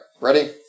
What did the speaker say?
ready